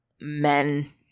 men